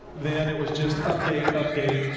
then it was just update, update,